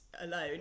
alone